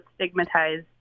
stigmatized